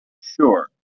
Sure